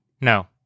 no